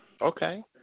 Okay